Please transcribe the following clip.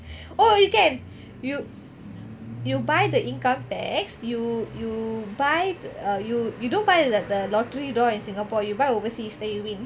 oh you can you you buy the income tax you you buy you don't buy the the lottery door in singapore you buy overseas then you win